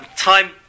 time